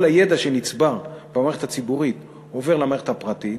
כל הידע שנצבר במערכת הציבורית עובר למערכת הפרטית,